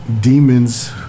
Demons